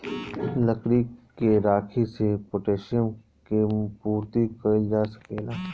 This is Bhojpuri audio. लकड़ी के राखी से पोटैशियम के पूर्ति कइल जा सकेला